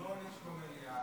הוא לא עונה כשהוא במליאה,